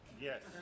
Yes